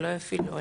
או יפעילו,